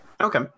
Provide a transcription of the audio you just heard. Okay